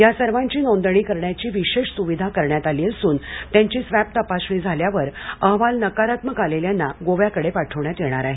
या सर्वांची नोंदणी करण्याची विशेष सुविधा करण्यात आली असून त्यांची स्वॅब तपासणी झाल्यावर अहवाल नकारात्मक आलेल्यांना गोव्याकडे पाठविण्यात येणार आहे